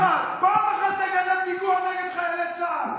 פעם אחת, פעם אחת תגנה פיגוע נגד חיילי צה"ל.